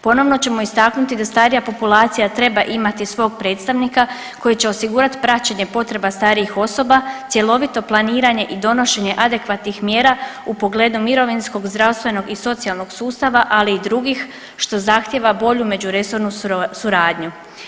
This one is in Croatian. Ponovno ćemo istaknuti da starija populacija treba imati svog predstavnika koji će osigurati praćenje potreba starijih osoba, cjelovito planiranje i donošenje adekvatnih mjera u pogledu mirovinskog, zdravstvenog i socijalnog sustava, ali i drugih što zahtjeva bolju međuresornu suradnju.